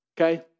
okay